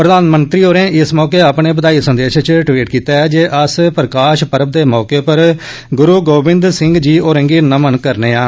प्रधानमंत्री होरें इस मौके अपने बदाई संदेश च टृवीट कीता जे अस प्रकाश पर्व दे मोके उप्पर गुरू गोबिंद सिंह जी होरें गी नमन करने आं